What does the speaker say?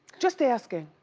just asking.